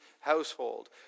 household